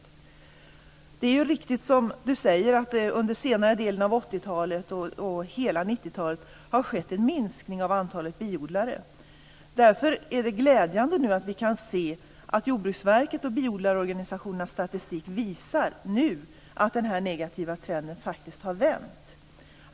Det är riktigt som Ingvar Eriksson säger att det under senare delen av 80-talet och hela 90-talet har skett en minskning av antalet biodlare. Därför är det glädjande att vi nu kan se att Jordbruksverkets och biodlarorganisationernas statistik visar att den här negativa trenden faktiskt har vänt.